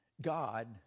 God